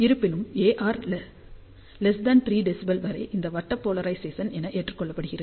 இருப்பினும் AR 3 dB வரை இது வட்ட போலரைசேசன் என ஏற்றுக்கொள்ளப்படுகிறது